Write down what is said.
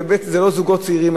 וזה לא זוגות צעירים,